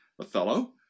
Othello